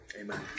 Amen